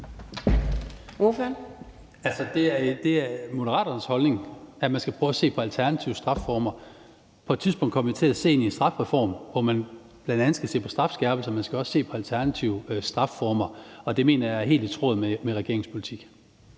Det er Moderaternes holdning, at man skal prøve at se på alternative strafformer. På et tidspunkt kommer vi til at se på en strafreform, hvor man bl.a. skal se på strafskærpelser. Man skal også se på alternative strafformer, og det mener jeg er helt i tråd med regeringens politik.